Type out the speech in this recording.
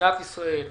למדינת ישראל ולנמלים.